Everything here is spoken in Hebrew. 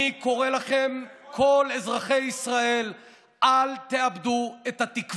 אני קורא לכם, בכל העולם באים ללמוד מאיתנו.